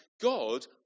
God